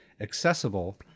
accessible